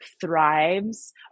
thrives